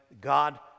God